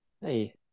Hey